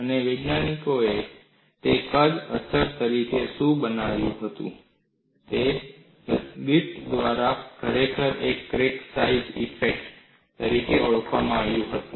અને વૈજ્ઞાનિકોએ તેને કદ અસર તરીકે શું બનાવ્યું હતું તે ગ્રીફિથ દ્વારા ખરેખર ક્રેક સાઇઝ ઈફેક્ટ તરીકે ઓળખવામાં આવ્યું હતું